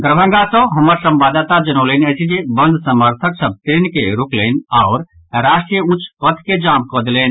दरभंगा सँ हमर संवाददाता जनौलनि अछिजे बंद समर्थक सभ ट्रेन के रोकलनि आओर राष्ट्रीय उच्च पथ के जाम कऽ देलनि